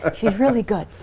um she's really good.